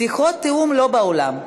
שיחות תיאום, לא באולם.